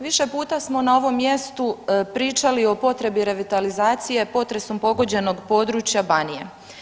Više puta smo na ovom mjestu pričali o potrebi revitalizacije potresom pogođenog područja Banije.